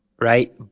right